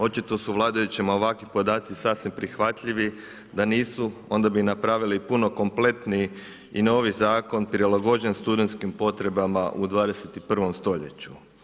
Očito su vladajućim ovakvi podaci sasvim prihvatljivi, da nisu onda bi napravili puno kompletniji i novi zakon prilagođen studenskim potrebama u 21. st.